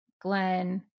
Glenn